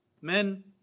Men